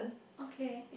okay